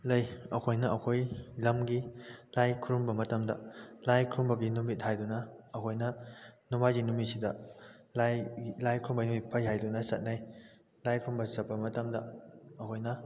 ꯂꯩ ꯑꯩꯈꯣꯏꯅ ꯑꯩꯈꯣꯏ ꯂꯝꯒꯤ ꯂꯥꯏ ꯈꯨꯔꯨꯝꯕ ꯃꯇꯝꯗ ꯂꯥꯏ ꯈꯨꯔꯨꯝꯕꯒꯤ ꯅꯨꯃꯤꯠ ꯍꯥꯏꯗꯅ ꯑꯩꯈꯣꯏꯅ ꯅꯣꯡꯃꯥꯏꯖꯤꯡ ꯅꯨꯃꯤꯠꯁꯤꯗ ꯂꯥꯏ ꯂꯥꯏ ꯈꯨꯔꯨꯝꯕꯒꯤ ꯅꯨꯃꯤꯠ ꯐꯩ ꯍꯥꯏꯗꯨꯅ ꯆꯠꯅꯩ ꯂꯥꯏ ꯈꯨꯔꯨꯝꯕ ꯆꯠꯄ ꯃꯇꯝꯗ ꯑꯩꯈꯣꯏꯅ